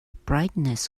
brightness